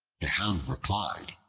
the hound replied,